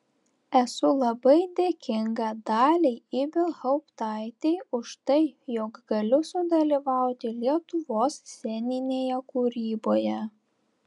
esu labai dėkinga daliai ibelhauptaitei už tai jog galiu sudalyvauti lietuvos sceninėje kūryboje